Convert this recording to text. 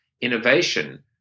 innovation